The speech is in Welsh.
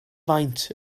faint